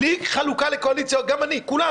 בלי חלוקה לקואליציות גם אני, כולנו.